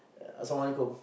assalamualaikum